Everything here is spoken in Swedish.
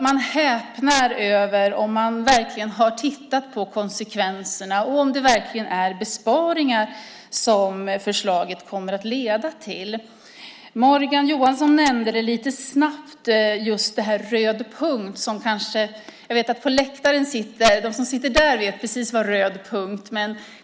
Jag häpnar över om man verkligen har tittat på konsekvenserna och om det verkligen är besparingar som förslaget kommer att leda till. Morgan Johansson nämnde lite snabbt just Röd punkt. De som sitter på läktaren vet precis vad Röd punkt är.